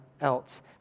else